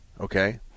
okay